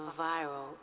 viral